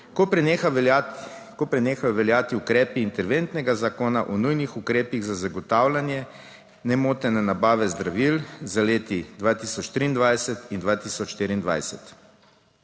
ko prenehajo veljati ukrepi interventnega zakona o nujnih ukrepih za zagotavljanje nemotene nabave zdravil za leti 2023 in 2024.